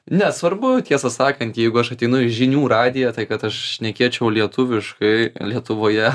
ne svarbu tiesą sakant jeigu aš ateinu į žinių radiją tai kad aš šnekėčiau lietuviškai lietuvoje